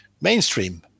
mainstream